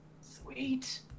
Sweet